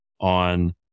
on